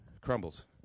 crumbles